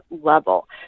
level